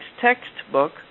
textbook